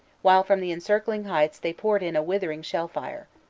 while from the encircling heights they poured in a withering shell fire.